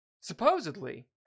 Supposedly